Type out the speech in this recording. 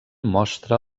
mostra